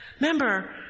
remember